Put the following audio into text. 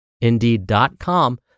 indeed.com